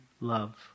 love